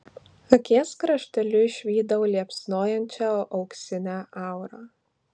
akies krašteliu išvydau liepsnojančią auksinę aurą